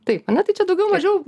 taip ar ne tai čia daugiau mažiau